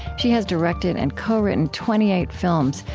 she has directed and co-written twenty eight films,